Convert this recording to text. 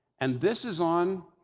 and this is on